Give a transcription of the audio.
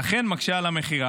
ולכן מקשה על המכירה.